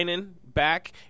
back